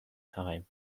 time